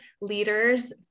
leaders